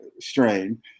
strain